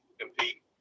compete